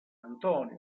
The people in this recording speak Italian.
antonio